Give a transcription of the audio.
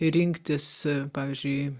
rinktis pavyzdžiui